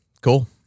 cool